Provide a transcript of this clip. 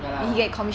ya lah